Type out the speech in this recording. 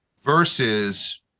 versus